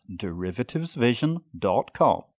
derivativesvision.com